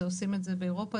עושים את זה באירופה.